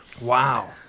Wow